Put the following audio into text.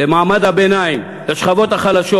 למעמד הביניים, לשכבות החלשות,